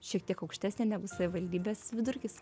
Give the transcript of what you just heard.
šiek tiek aukštesnė negu savivaldybės vidurkis